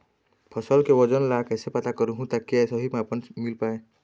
फसल के वजन ला कैसे पता करहूं ताकि सही मापन मील पाए?